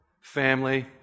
Family